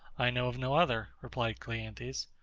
i know of no other, replied cleanthes.